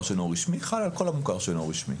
שאינו רשמי חלה על כל המוכר שאינו רשמי.